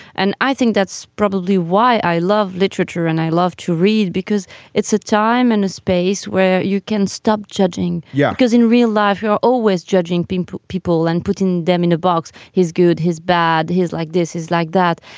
and i think that's probably why i love literature and i love to read because it's a time and a space where you can stop judging. yeah because in real life you're always judging these people and putting them in a box. his good his bad his like this is like that.